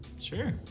Sure